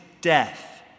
death